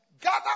Gather